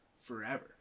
forever